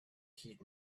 heat